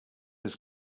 his